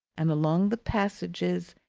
and along the passages,